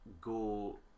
go